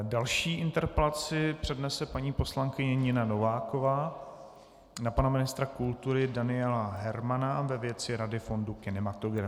Další interpelaci přednese paní poslankyně Nina Nováková na pana ministra kultury Daniela Hermana ve věci rady fondu kinematografie.